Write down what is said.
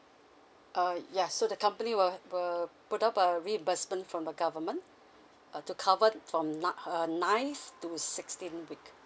uh yeah so the company will will put up a reimbursement from the government uh to cover the from not her ninth to sixteen week